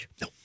No